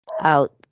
out